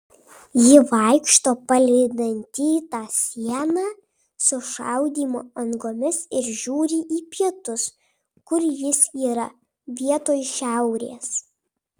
ji vaikšto palei dantytą sieną su šaudymo angomis ir žiūri į pietus kur jis yra vietoj šiaurės